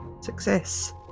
success